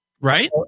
Right